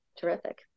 terrific